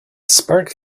spark